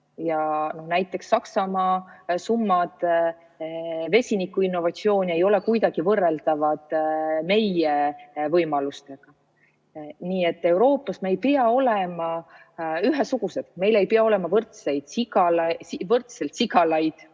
Näiteks Saksamaa summad vesinikuinnovatsiooni ei ole kuidagi võrreldavad meie võimalustega. Nii et Euroopas me ei pea olema ühesugused, meil ei pea olema võrdselt sigalaid